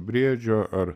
briedžio ar